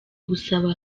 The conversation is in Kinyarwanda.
gusaba